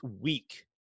week